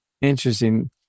interesting